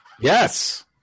Yes